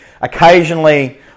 Occasionally